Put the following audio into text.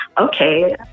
okay